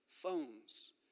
phones